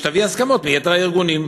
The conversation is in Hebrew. שתביא הסכמות מיתר הארגונים.